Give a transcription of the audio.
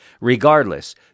Regardless